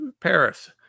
Paris